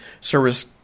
service